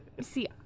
see